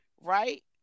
Right